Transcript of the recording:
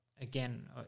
again